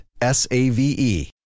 S-A-V-E